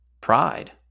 pride